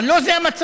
אבל לא זה המצב.